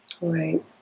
Right